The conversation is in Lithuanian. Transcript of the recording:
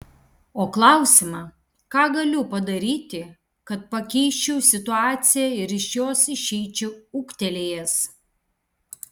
o klausimą ką galiu padaryti kad pakeisčiau situaciją ir iš jos išeičiau ūgtelėjęs